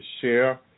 share